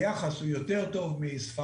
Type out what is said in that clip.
היחס הוא יותר טוב ממדינות כמו: ספרד,